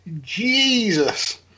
Jesus